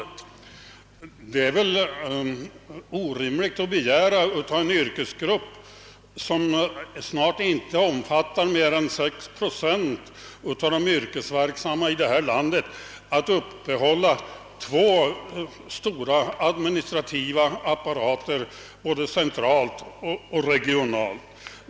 Det måste vara orimligt att begära att det för en yrkesgrupp, som snart inte omfattar mer än 6 procent av de yrkesverksamma i vårt land, skall upprätthållas två stora administrativa apparater, både centralt och regionalt.